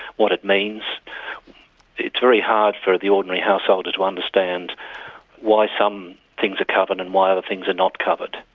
what it means it's very hard for the ordinary householder to understand why some things are covered and why other things are not covered.